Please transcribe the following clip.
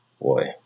Boy